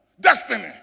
destiny